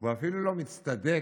והוא אפילו לא מצטדק